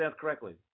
correctly